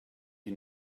you